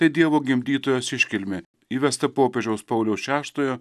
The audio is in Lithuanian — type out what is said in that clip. tai dievo gimdytojos iškilmė įvesta popiežiaus pauliaus šeštojo